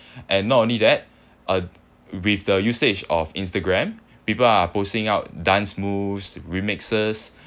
and not only that uh with the usage of instagram people are posting out dance moves remixes